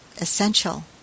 essential